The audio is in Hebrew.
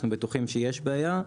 אנחנו בטוחים שיש בעיה.